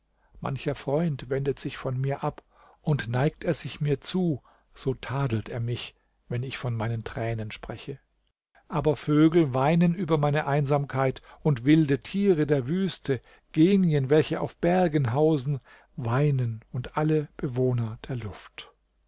mancher freund wendet sich von mir ab und neigt er sich mir zu so tadelt er mich wenn ich von meinen tränen spreche aber vögel weinen über meine einsamkeit und wilde tiere der wüste genien welche auf bergen hausen weinen und alle bewohner der luft